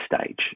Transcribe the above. stage